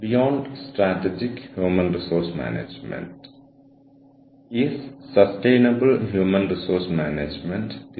ഒരു നെറ്റ്വർക്ക് ലോകത്തെ strategic HRM മാനുഷിക മൂലധനത്തിന്റെ മാനേജ്മെന്റ് സ്ഥാപനത്തിന്റെ റിലേഷണൽ കഴിവുകൾ എന്നിവയുമായി ബന്ധപ്പെട്ടിരിക്കുന്നു